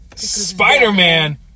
Spider-Man